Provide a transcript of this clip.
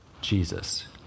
Jesus